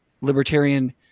libertarian